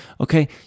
okay